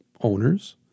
owners